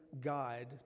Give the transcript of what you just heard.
guide